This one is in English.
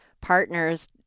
partners